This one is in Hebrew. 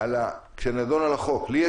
מחו"ל וחלקן זה רשימות של חולים,